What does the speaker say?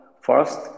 First